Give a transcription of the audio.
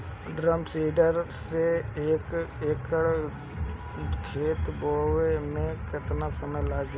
Drum seeder से एक एकड़ खेत बोयले मै कितना समय लागी?